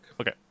Okay